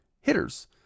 hitters